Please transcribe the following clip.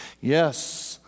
yes